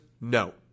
No